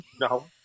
No